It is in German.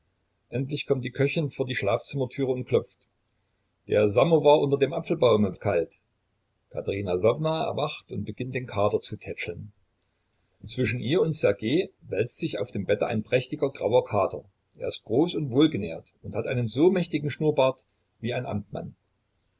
endlich kommt die köchin vor die schlafzimmertüre und klopft der samowar unter dem apfelbaume wird kalt katerina lwowna erwacht und beginnt den kater zu tätscheln zwischen ihr und ssergej wälzt sich auf dem bette ein prächtiger grauer kater er ist groß und wohlgenährt und hat einen so mächtigen schnurrbart wie ein amtmann